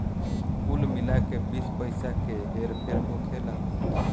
कुल मिला के बीस पइसा के हेर फेर होखेला